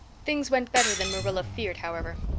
things went better than marilla feared, however.